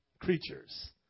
creatures